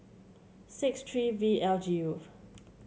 six three V L G U